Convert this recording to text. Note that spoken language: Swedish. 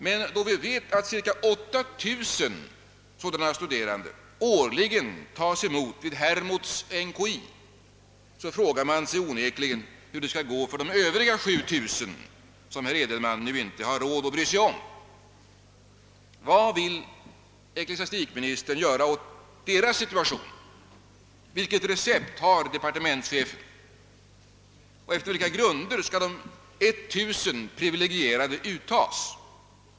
Men då vi vet att cirka 8000 sådana studerande årligen tas emot vid Hermods-NKI frågar man sig onekligen hur det skall gå för de övriga 7 000 som herr Edenman nu inte har råd att bry sig om. Vad vill ecklesiastikministern göra åt deras situation? Vilket recept har departementschefen, och efter vilka grunder skall de 1000 privilegierade uttas?